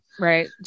right